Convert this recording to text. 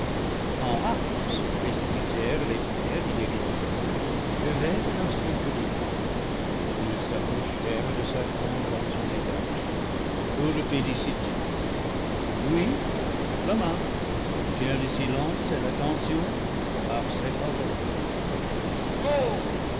en hâte se précipitèrent les pairs qui délibéraient levés de leur sombre divan ils s'approchèrent de satan dans une égale joie pour le féliciter lui avec la main obtient le silence et l'attention par ces paroles